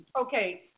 Okay